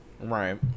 Right